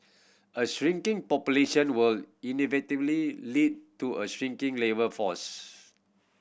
a shrinking population will inevitably lead to a shrinking labour force